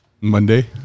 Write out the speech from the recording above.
Monday